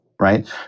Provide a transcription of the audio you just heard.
right